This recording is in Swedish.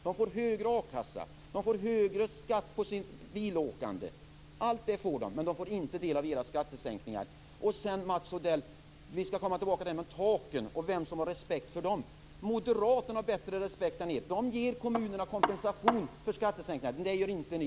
De får högre avgift till a-kassa, och de får högre skatt på sitt bilåkande. Allt det får de, men de får inte del av era skattesänkningar. Vi skall komma tillbaka till detta med taken och vem som har respekt för dem, Mats Odell. Moderaterna har bättre respekt än vad ni har. De ger kommunerna kompensation för skattesänkningar, men det gör inte ni.